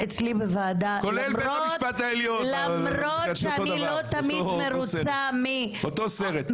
כולל בית המשפט העליון, אותו דבר, אותו סרט.